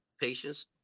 patients